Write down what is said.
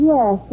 Yes